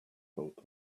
hotel